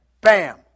bam